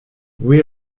oui